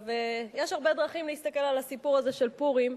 יש הרבה דרכים להסתכל על הסיפור הזה של פורים.